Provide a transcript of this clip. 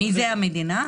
מי זאת המדינה?